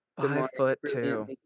Five-foot-two